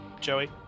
Joey